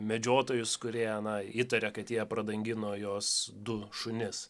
medžiotojus kurie na įtaria kad jie pradangino jos du šunis